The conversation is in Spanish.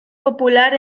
popular